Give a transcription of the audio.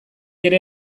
ere